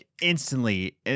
instantly